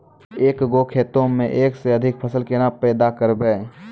एक गो खेतो मे एक से अधिक फसल केना पैदा करबै?